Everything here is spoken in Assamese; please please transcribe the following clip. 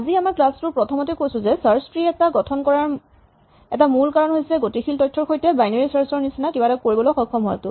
আমি আজিৰ ক্লাচ টোৰ প্ৰথমতেই কৈছো যে চাৰ্চ ট্ৰী এটা গঠন কৰাৰ এটা মূল কাৰণ হৈছে গতিশীল তথ্যৰ সৈতে বাইনেৰী চাৰ্চ ৰ নিচিনা কিবা এটা কৰিবলৈ সক্ষম হোৱাটো